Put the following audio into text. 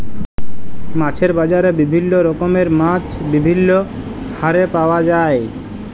মাছের বাজারে বিভিল্য রকমের মাছ বিভিল্য হারে পাওয়া যায়